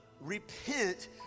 repent